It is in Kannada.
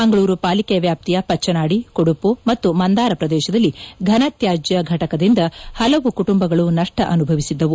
ಮಂಗಳೂರು ಪಾಲಿಕೆ ವ್ಯಾಪ್ತಿಯ ಪಚ್ಚನಾದಿ ಕುದುಪು ಮತ್ತು ಮಂದಾರ ಪ್ರದೇಶದಲ್ಲಿ ಘನತ್ಯಾಜ್ಯ ಫಟಕದಿಂದ ಹಲವು ಕುಟುಂಬಗಳು ನಷ್ವ ಅನುಭವಿಸಿದ್ದವು